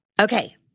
Okay